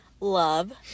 Love